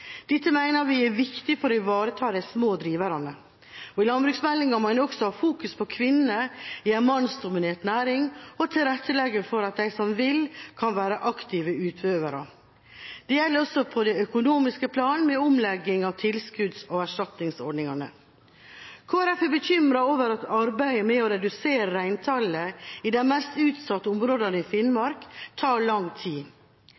Dette mener vi er viktig for å ivareta de små driverne. I landbruksmeldingen må en også fokusere på kvinnene i en mannsdominert næring, og tilrettelegge for at de som vil, kan være aktive utøvere. Det gjelder også på det økonomiske plan med omlegging av tilskudds- og erstatningsordningene. Kristelig Folkeparti er bekymret over at arbeidet med å redusere reintallet i de mest utsatte områdene i Finnmark tar lang tid.